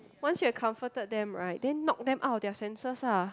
once you have comforted them right then knock them out of their senses lah